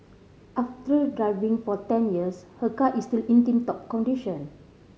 after driving for ten years her car is still in tip top condition